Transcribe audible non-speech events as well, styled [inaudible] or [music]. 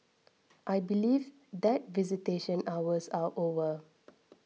I believe that visitation hours are over [noise]